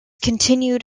continued